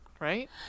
Right